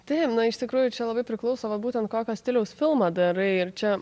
taip na iš tikrųjų čia labai priklauso būtent kokio stiliaus filmą darai ir čia